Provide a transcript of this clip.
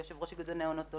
יושב ראש איגוד הניאונטולוגים.